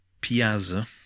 Piazza